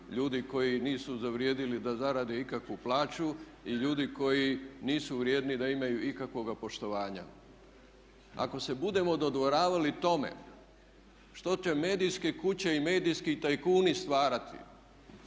ljudi koji nisu zavrijedili da zarade ikakvu plaću i ljudi koji nisu vrijedni da imaju ikakvoga poštovanja. Ako se budemo dodvoravali tome što će medijske kuće i medijski tajkuni stvarati,